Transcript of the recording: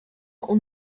اون